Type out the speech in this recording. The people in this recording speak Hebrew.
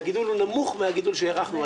והגידול הוא נמוך מהגידול שהערכנו.